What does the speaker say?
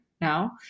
now